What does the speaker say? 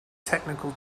technical